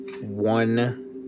one